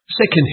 Second